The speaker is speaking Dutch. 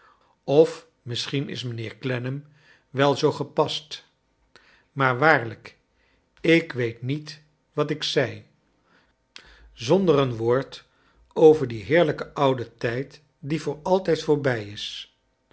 of misschien is mijnheer clennam wel zoo gepast maar waarlijk ik weet niet wat ik zei zonder een woord over dien heerlijken ouden tijd die voor altijd voorbij is